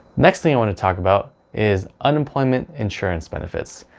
next thing i want to talk about is unemployment insurance benefits.